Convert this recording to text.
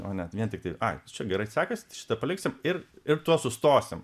o ne vien tiktai ai tai čia gerai sekasi šitą paliksim ir ir tuo sustosim